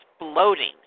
exploding